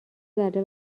ذره